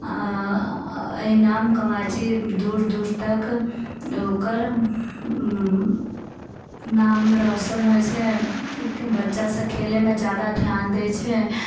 अछि नाम कमाइत छै दूर दूर तक ओकर नाम रौशन होइत छै बच्चा सब खेलयमे जादा ध्यान दै छै